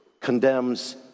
condemns